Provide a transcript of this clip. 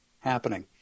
happening